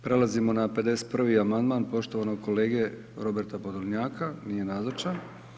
Prelazimo na 51. amandman poštovanog kolege Roberta Podolnjaka, nije nazočan.